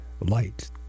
light